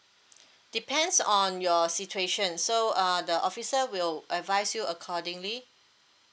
depends on your situation so uh the officer will advise you accordingly